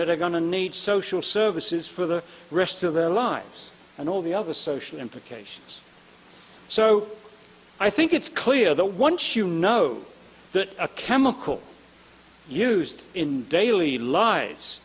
that are going to need social services for the rest of their lives and all the other social implications so i think it's clear that once you know that a chemical used in daily lives